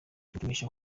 gupimisha